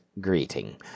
greeting